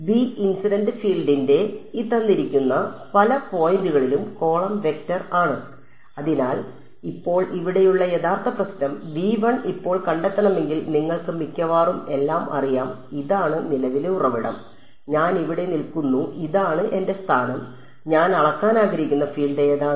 b incident field ന്റെ പല point കളിലെ കോളം വെക്ടർആണ് അതിനാൽ ഇപ്പോൾ ഇവിടെയുള്ള യഥാർത്ഥ പ്രശ്നം ഇപ്പോൾ കണ്ടെത്തണമെങ്കിൽ നിങ്ങൾക്ക് മിക്കവാറും എല്ലാം അറിയാംഇതാണ് നിലവിലെ ഉറവിടം ഞാൻ ഇവിടെ നിൽക്കുന്നു ഇതാണ് എന്റെ സ്ഥാനം ഞാൻ അളക്കാൻ ആഗ്രഹിക്കുന്ന ഫീൽഡ് ഏതാണ്